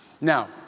Now